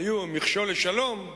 היו מכשול לשלום,